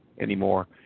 anymore